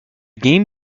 game